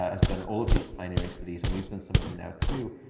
ah has done all of these pioneering studies, and we've done some of them now, too,